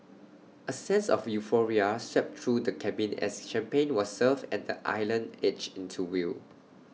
A sense of euphoria swept through the cabin as champagne was served and the island edged into view